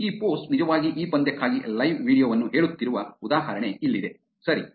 ಈ ಪೋಸ್ಟ್ ನಿಜವಾಗಿ ಈ ಪಂದ್ಯಕ್ಕಾಗಿ ಲೈವ್ ವೀಡಿಯೊ ವನ್ನು ಹೇಳುತ್ತಿರುವ ಉದಾಹರಣೆ ಇಲ್ಲಿದೆ ಸರಿ